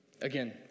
Again